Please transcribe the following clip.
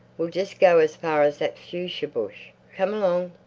we'll just go as far as that fuchsia bush. come along!